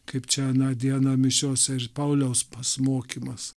kaip čia aną dieną mišiose ir pauliaus pas mokymas